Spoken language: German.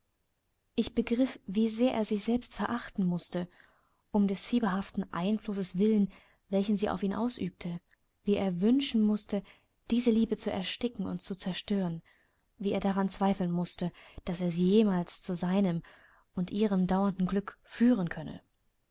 ich begriff wie sehr er sich selbst verachten mußte um des fieberhaften einflusses willen welchen sie auf ihn ausübte wie er wünschen mußte diese liebe zu ersticken und zu zerstören wie er daran zweifeln mußte daß sie jemals zu seinem und ihrem dauernden glücke führen könne